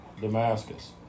Damascus